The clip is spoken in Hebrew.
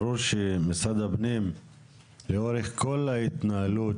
ברור שמשרד הפנים לאורך כל ההתנהלות